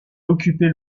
occupait